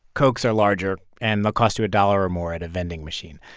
cokes are larger, and they'll cost you a dollar or more at a vending machine.